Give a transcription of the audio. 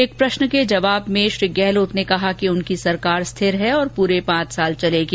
एक प्रश्न के जवाब में श्री गहलोत ने कहा कि उनकी सरकार स्थिर है और पूरे पांच साल चलेगी